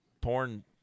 porn